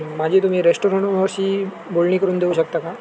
माझी तुम्ही रेस्टॉरंट ओनरशी बोलणी करून देऊ शकता का